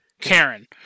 Karen